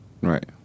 Right